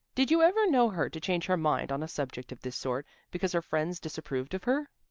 did you ever know her to change her mind on a subject of this sort, because her friends disapproved of her?